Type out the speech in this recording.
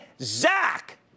Zach